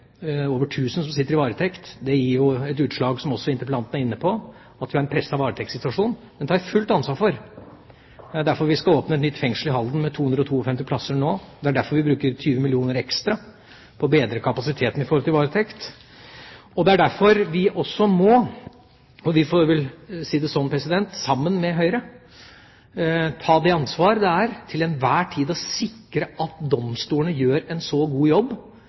over 1 000 som sitter i varetekt. Det gir seg jo utslag i, som også interpellanten var inne på, en presset varetektssituasjon. Den tar jeg fullt ansvar for. Det er derfor vi nå skal åpne nytt fengsel i Halden med 252 plasser. Det er derfor vi bruker 20 mill. kr ekstra på å bedre varetektskapasiteten, og det er derfor vi – jeg får vel si det sånn – sammen med Høyre må ta det ansvar det er til enhver tid å sikre at domstolene gjør en så god jobb